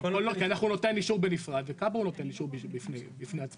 כי אנחנו נותנים אישור בנפרד וכב"ה הוא נותן אישור בפני עצמו.